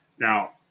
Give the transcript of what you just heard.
now